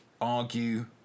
argue